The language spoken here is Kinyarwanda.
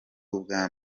ubwa